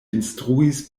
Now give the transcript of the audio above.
instruis